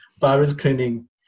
virus-cleaning